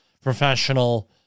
professional